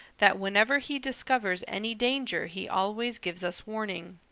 that whenever he discovers any danger he always gives us warning.